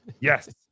yes